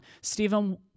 Stephen